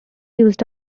used